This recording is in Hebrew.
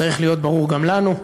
צריך להיות ברור גם לנו.